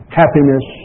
happiness